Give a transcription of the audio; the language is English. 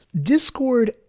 Discord